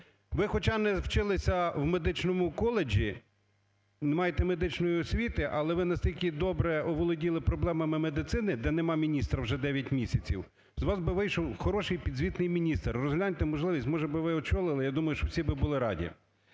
Ви хоча не вчилися в медичному коледжі, не маєте медичної освіти, але ви настільки добре оволоділи проблемами медицини, де нема міністра вже 9 місяців, з вас би вийшов хороший підзвітний міністр. Розгляньте можливість, може би ви очолили, я думаю, що всі би були раді.